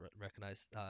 recognize